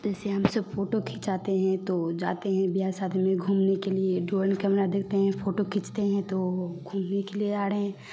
जैसे हम सब फ़ोटो खिचाते हैं तो जाते हैं विवाह शादी में घूमने के लिए ड्रोन कैमरा देखते है फ़ोटो खींचते हैं तो घूमने के लिए आड़े